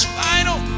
final